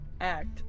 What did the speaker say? act